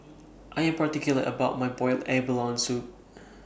I Am particular about My boiled abalone Soup